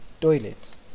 toilets